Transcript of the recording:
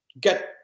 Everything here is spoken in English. get